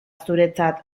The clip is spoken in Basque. zuretzat